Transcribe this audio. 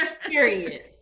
Period